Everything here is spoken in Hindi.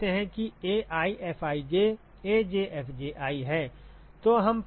हम जानते हैं कि AiFij AjFji है